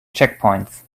checkpoints